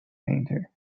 painter